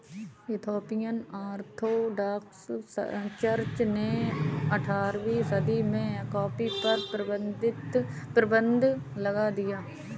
Ethiopian Orthodox church ने अठारहवीं सदी में कॉफ़ी पर प्रतिबन्ध लगा दिया